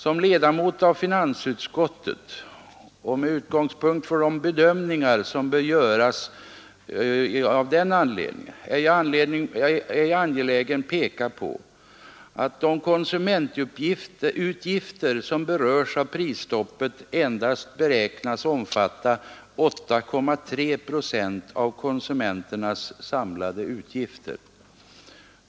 Som ledamot av finansutskottet och med utgångspunkt i de bedömningar som bör göras av den anledningen är jag angelägen peka på att de konsumentutgifter som berörs av prisstoppet endast beräknas omfatta 8,3 procent av konsumenternas samlade utgifter.